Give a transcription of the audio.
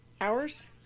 Hours